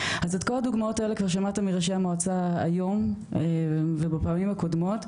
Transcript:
אז את כל הדוגמאות האלה כבר שמעתם מראשי המועצה היום ובפעמים הקודמות.